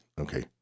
Okay